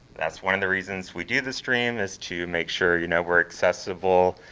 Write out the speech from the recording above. that's one of the reasons we do the stream is to make sure you know we're accessible.